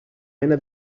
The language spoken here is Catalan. mena